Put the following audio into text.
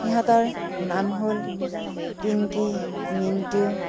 সিহঁতৰ নাম হ'ল পিংকী মিণ্টু